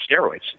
steroids